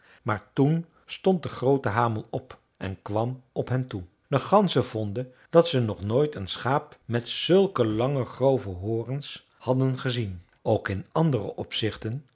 maar toen stond de groote hamel op en kwam op hen toe de ganzen vonden dat ze nog nooit een schaap met zulke lange grove horens hadden gezien ook in andere opzichten